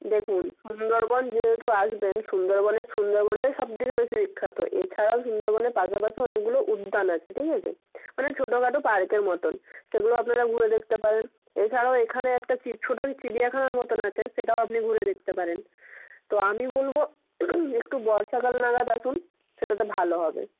দেখুন সুন্দরবন যেহেতু আসবেন সুন্দরবনের সুন্দরবনটাই সবথেকে বেশি বিখ্যাত এছাড়াও সুন্দরবনের পাশাপাশি অনেকগুলো উদ্যান আছে ঠিক আছে মানে ছোটো খাটো পার্কের মতো সেগুলোও আপনারা ঘুরে দেখতে পারেন এছাড়াও এখানে একটা চি ছোট ওই চিড়িয়াখানার মতো আছে সেটাও আপনি ঘুরে দেখতে পারেন তো আমি বলবক একটু বর্ষাকাল নাগাদ আসুন সেটাতে ভালো হবে